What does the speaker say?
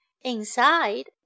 Inside